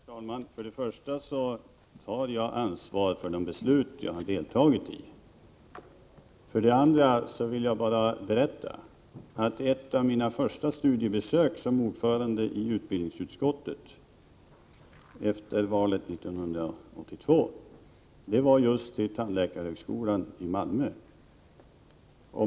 Herr talman! För det första tar jag ansvar för de beslut jag deltagit i, och för det andra vill jag bara berätta att ett av mina första studiebesök som ordförande i utbildningsutskottet efter valet 1982 var just vid tandläkarhögskolan i Malmö.